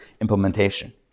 implementation